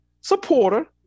supporter